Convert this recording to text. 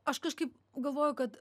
aš kažkaip galvoju kad